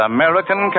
American